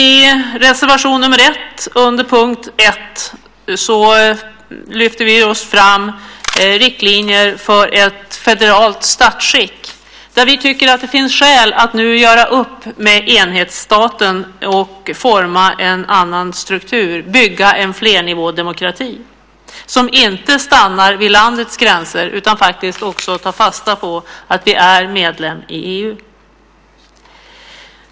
I reservation nr 1 under punkt 1 lyfter vi fram riktlinjer för ett federalt statsskick. Vi tycker att det finns skäl att nu göra upp med enhetsstaten och forma en annan struktur, bygga en flernivådemokrati som inte stannar vid landets gränser utan faktiskt tar fasta på att vi är medlem i EU.